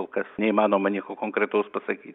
kol kas neįmanoma nieko konkretaus pasakyt